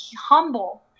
humble